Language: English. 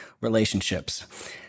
relationships